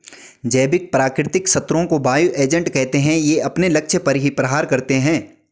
जैविक प्राकृतिक शत्रुओं को बायो एजेंट कहते है ये अपने लक्ष्य पर ही प्रहार करते है